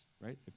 right